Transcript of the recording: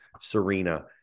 Serena